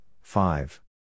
five